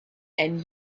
and